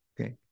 okay